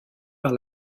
par